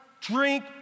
drink